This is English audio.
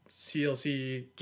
CLC